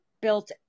built